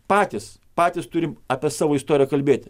patys patys turim apie savo istoriją kalbėti